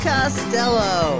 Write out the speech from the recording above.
Costello